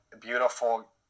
beautiful